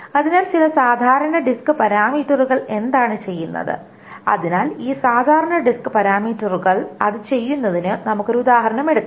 അതിനാൽ ചില സാധാരണ ഡിസ്ക് പാരാമീറ്ററുകൾ എന്താണ് ചെയ്യുന്നത് അതിനാൽ ഈ സാധാരണ ഡിസ്ക് പാരാമീറ്ററുകൾ അത് ചെയ്യുന്നതിന് നമുക്ക് ഒരു ഉദാഹരണം എടുക്കാം